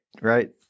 right